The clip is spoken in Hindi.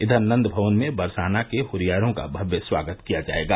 इधर नंदमवन में बरसाना के हुरियारों का भव्य स्वागत किया जायेगा